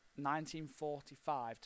1945